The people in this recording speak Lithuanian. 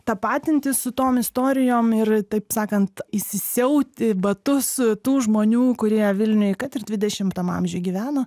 tapatintis su tom istorijom ir taip sakant įsisiauti batus tų žmonių kurie vilniuj kad ir dvidešimtam amžiuj gyveno